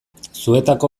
zuetako